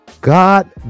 God